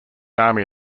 army